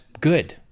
good